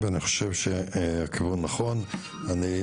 ואני חושב שהכיוון הוא נכון.